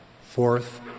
Fourth